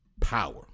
power